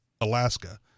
Alaska